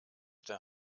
der